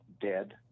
dead